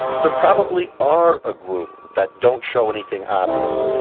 there probably are a group that don't show anything obvious.